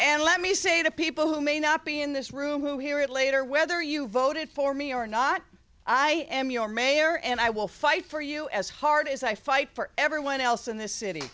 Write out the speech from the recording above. and let me say to people who may not be in this room who hear it later whether you voted for me or not i am your mayor and i will fight for you as hard as i fight for everyone else in this city